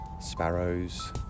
sparrows